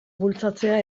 bultzatzea